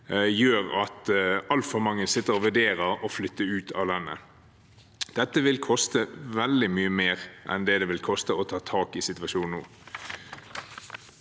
gjør at altfor mange sitter og vurderer å flytte ut av landet. Dette vil koste veldig mye mer enn det det vil koste å ta tak i situasjonen nå.